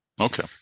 Okay